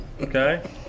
okay